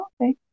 okay